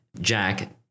Jack